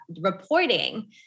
reporting